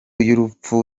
y’urupfu